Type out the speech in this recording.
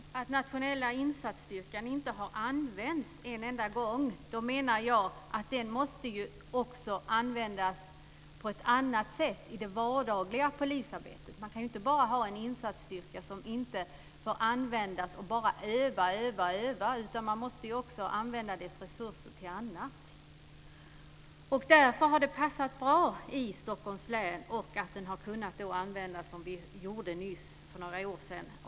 Fru talman! Eftersom Nationella insatsstyrkan inte har använts en enda gång menar jag att den också måste användas på ett annat sätt, i det vardagliga polisarbetet. Man kan inte ha en insatsstyrka som inte får användas utan bara övar, övar och övar. Man måste också använda dess resurser till annat. Därför har det passat bra i Stockholms län. Det har också varit bra att den har kunnat användas på det sätt som skedde för några år sedan.